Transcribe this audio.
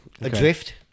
Adrift